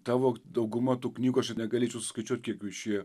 tavo dauguma tų knygų aš ir negalėčiau suskaičiuot kiek jų išėjo